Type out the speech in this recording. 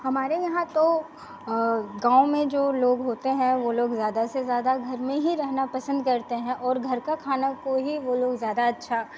हमारे यहाँ तो गाँव में जो लोग होते हैं वो लोग ज्यादा से ज्यादा घर में ही रहना पसंद करते हैं और घर का खाना को ही वो लोग ज्यादा अच्छा